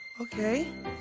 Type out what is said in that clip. okay